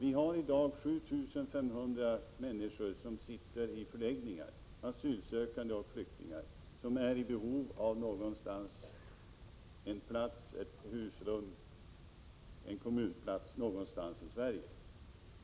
I dag sitter 7 500 asylsökande och flyktingar i förläggningar, och de har ett stort behov av husrum, av en kommunplats någonstans i Sverige.